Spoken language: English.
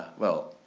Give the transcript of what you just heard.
well,